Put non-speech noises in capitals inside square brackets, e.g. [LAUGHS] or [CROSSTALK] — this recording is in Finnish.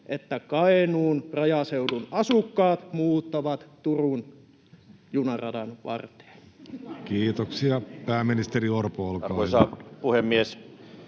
että Kainuun rajaseudun asukkaat muuttavat Turun junaradan varteen? [LAUGHS] Kiitoksia. — Pääministeri Orpo, olkaa hyvä.